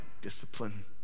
discipline